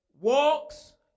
walks